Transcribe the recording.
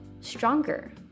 stronger